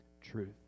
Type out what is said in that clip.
truth